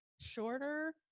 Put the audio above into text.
shorter